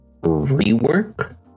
rework